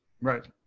Right